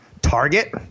Target